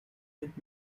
mit